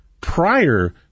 prior